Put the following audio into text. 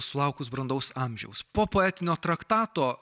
sulaukus brandaus amžiaus po poetinio traktato